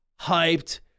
hyped